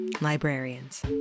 librarians